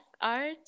art